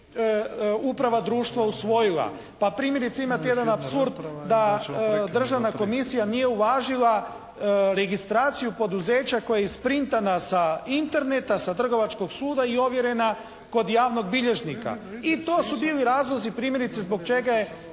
uprava društvo usvojila? Pa primjerice imate jedan apsurd da Državna komisija nije uvažila registraciju poduzeća koja je isprintana sa Interneta sa Trgovačkog suda i ovjerena kod javnog bilježnika i to su bili razlozi primjerice zbog čega je